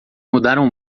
mudaram